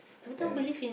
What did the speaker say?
and